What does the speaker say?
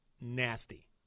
nasty